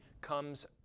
comes